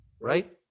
right